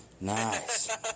Nice